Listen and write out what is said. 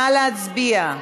נא להצביע.